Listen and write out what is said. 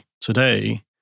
today